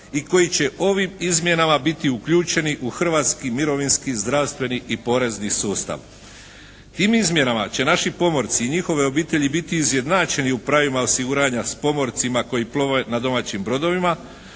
i koji će ovim izmjenama biti uključeni u hrvatski mirovinski, zdravstveni i porezni sustav. Tim izmjenama će naši pomorci i njihove obitelji biti izjednačeni u pravima osiguranja s pomorcima koji plove na domaćim brodovima.